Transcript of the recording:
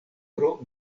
pro